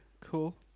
cool